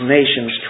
nations